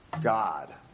God